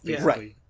Right